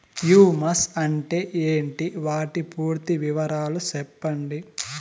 Humus అంటే ఏంటి? వాటి పూర్తి వివరాలు సెప్పండి?